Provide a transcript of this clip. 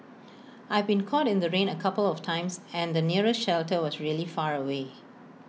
I've been caught in the rain A couple of times and the nearest shelter was really far away